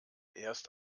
erst